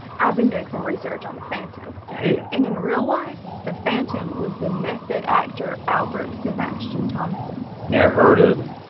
i've been doing some research on the phantom. and in real life the phantom was the method actor albert sebastian thomason. never heard of him.